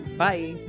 bye